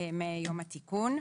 מיום התיקון.